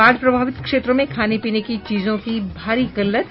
बाढ़ प्रभावित क्षेत्रों में खाने पीने की चीजों की भारी किल्लत